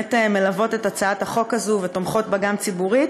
מנהלת תחום אימהות בביטוח הלאומי,